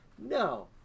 No